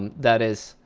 and that is,